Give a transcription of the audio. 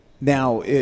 Now